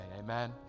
amen